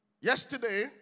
Yesterday